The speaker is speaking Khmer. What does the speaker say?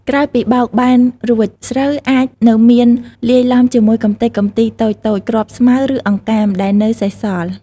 ក្រោយពីបោកបែនរួច ស្រូវអាចនៅមានលាយឡំជាមួយកំទេចកំទីតូចៗ គ្រាប់ស្មៅ ឬអង្កាមដែលនៅសេសសល់។